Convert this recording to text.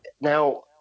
now